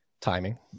timing